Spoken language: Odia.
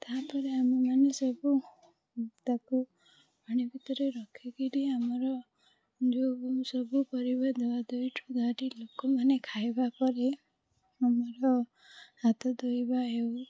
ତା'ପରେ ଆମେ ମାନେ ସବୁ ତାକୁ ପାଣି ଭିତରେ ରଖିକରି ଆମର ଯେଉଁସବୁ ପରିବା ଧୁଆଧୁଇଠାରୁ ଲୋକମାନେ ଖାଇବା ପରେ ଆମର ହାତ ଧୋଇବା ହଉ